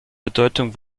bedeutung